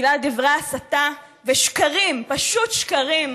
בגלל דברי הסתה ושקרים, פשוט שקרים,